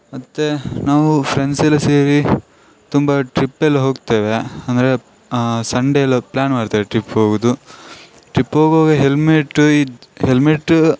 ಮತ್ತೆ ನಾವು ಫ್ರೆಂಡ್ಸೆಲ್ಲ ಸೇರಿ ತುಂಬ ಟ್ರಿಪ್ಪೆಲ್ಲ ಹೋಗ್ತೇವೆ ಅಂದರೆ ಸಂಡೆ ಎಲ್ಲ ಪ್ಲ್ಯಾನ್ ಮಾಡ್ತಾರೆ ಟ್ರಿಪ್ ಹೋಗೋದು ಟ್ರಿಪ್ ಹೋಗುವಾಗ ಹೆಲ್ಮೆಟ್ಟು ಇದು ಹೆಲ್ಮೆಟ್ಟ್